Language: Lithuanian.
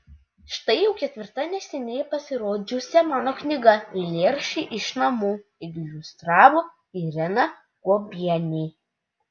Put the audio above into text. štai jau ketvirtą neseniai pasirodžiusią mano knygą eilėraščiai iš namų iliustravo irena guobienė